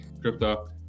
crypto